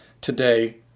today